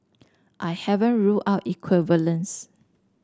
I haven't ruled out equivalence